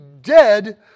dead